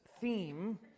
theme